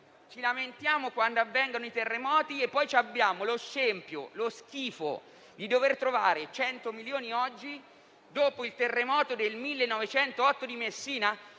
Ci lamentiamo quando avvengono i terremoti e poi abbiamo lo scempio, lo schifo di dover trovare 100 milioni oggi dopo il terremoto del 1908 di Messina.